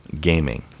gaming